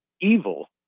evil